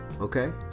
Okay